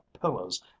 pillows